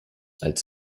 als